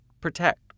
Protect